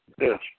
Yes